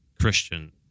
christian